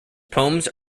poems